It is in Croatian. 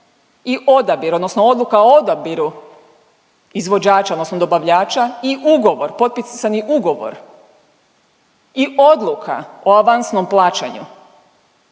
odluka o odabiru izvođača odnosno dobavljača i ugovor, potpisani ugovor i odluka o avansnom plaćanju